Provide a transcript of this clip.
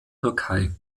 türkei